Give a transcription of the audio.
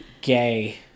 gay